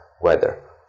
weather